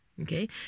Okay